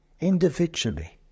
Individually